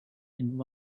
and